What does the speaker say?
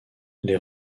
les